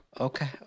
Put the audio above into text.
Okay